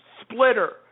Splitter